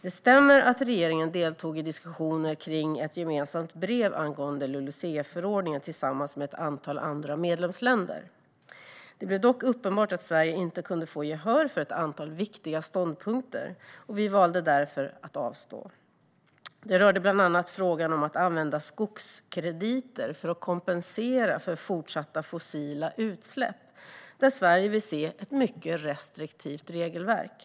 Det stämmer att regeringen deltog i diskussioner kring ett gemensamt brev angående LULUCF-förordningen tillsammans med ett antal andra medlemsländer. Det blev dock uppenbart att Sverige inte kunde få gehör för ett antal viktiga ståndpunkter, och vi valde därför att avstå. Det rörde bland annat frågan om att använda skogskrediter för att kompensera för fortsatta fossila utsläpp, där Sverige vill se ett mycket restriktivt regelverk.